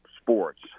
sports